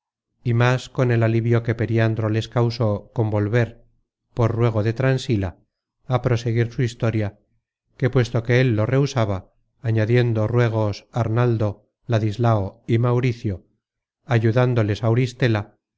y más con el alivio que periandro les causó con volver por ruego de transila á proseguir su historia que puesto que él lo rehusaba añadiendo ruegos arnaldo ladislao y mauricio ayudándoles auristela